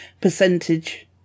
percentage